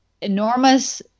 enormous